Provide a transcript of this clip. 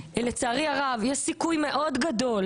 שלצערי הרב יש סיכוי מאוד גדול